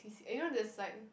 you know there's like